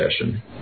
session